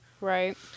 Right